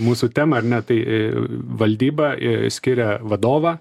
mūsų temą ar ne tai valdyba į skiria vadovą